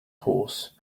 horse